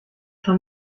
schon